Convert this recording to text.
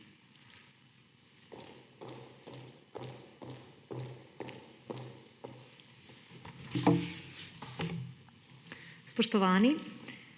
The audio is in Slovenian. Spoštovani,